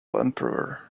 emperor